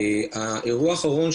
האירוע האחרון,